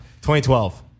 2012